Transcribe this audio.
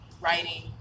writing